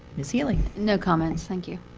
ms. healy? no comments. thank you.